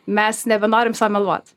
mes nebenorim sau meluot